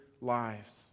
lives